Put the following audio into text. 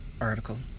article